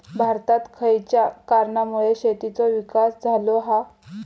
भारतात खयच्या कारणांमुळे शेतीचो विकास झालो हा?